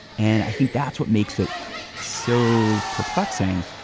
and i think that's what makes it so perplexing.